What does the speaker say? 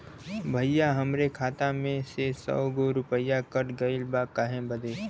भईया हमरे खाता में से सौ गो रूपया कट गईल बा काहे बदे?